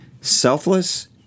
selfless